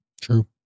True